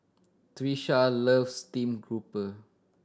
Trisha loves steamed grouper